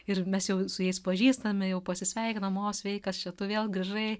ir mes jau su jais pažįstami jau pasisveikinam o sveikas čia tu vėl grįžai